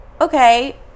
okay